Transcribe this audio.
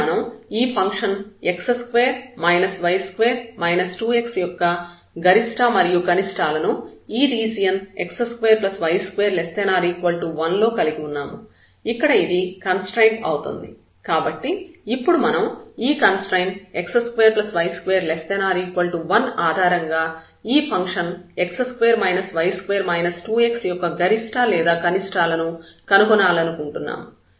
ఇక్కడ మనం ఈ ఫంక్షన్ x2 y2 2x యొక్క గరిష్ట మరియు కనిష్టాల ను ఈ రీజియన్ x2y2≤1 లో కలిగి ఉన్నాము ఇక్కడ ఇది కన్స్ట్రయిన్ట్ అవుతుంది కాబట్టి ఇప్పుడు మనం ఈ కన్స్ట్రయిన్ట్ x2y2≤1 ఆధారంగా ఈ ఫంక్షన్ x2 y2 2x యొక్క గరిష్ట లేదా కనిష్టాల ను కనుగొనాలనుకుంటున్నాము